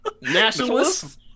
Nationalists